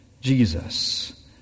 Jesus